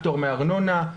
פטור מארנונה,